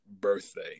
birthday